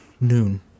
Noon